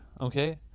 okay